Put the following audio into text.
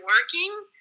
working